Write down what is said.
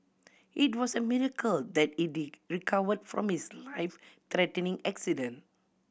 it was a miracle that he recovered from his life threatening accident